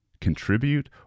contribute